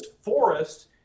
forest